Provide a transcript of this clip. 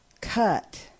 cut